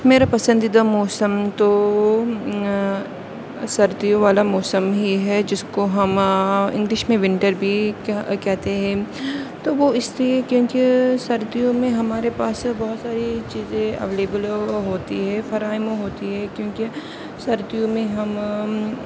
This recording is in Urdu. میرا پسندیدہ موسم تو سردیوں والا موسم ہی ہے جس کو ہم اںگلش میں ونٹر بھی کہتے ہیں تو وہ اس لیے کیوں کہ سردیوں میں ہمارے پاس بہت ساری چیزیں اویلیبل ہوتی ہیں فراہم ہوتی ہیں کیوں کہ سردیوں میں ہم